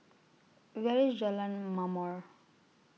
Where IS Jalan Mamor